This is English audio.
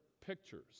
pictures